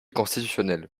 constitutionnel